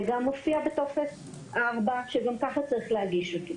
זה גם מופיע בטופס 4 שגם ככה צריך להגיש אותו.